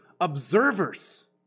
Observers